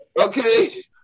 okay